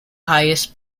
highest